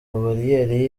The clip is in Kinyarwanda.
bariyeri